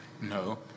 no